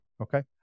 Okay